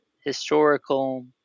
historical